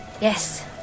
Yes